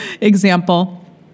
example